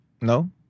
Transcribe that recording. No